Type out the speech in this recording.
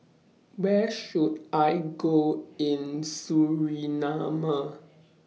Where should I Go in Suriname